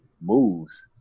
moves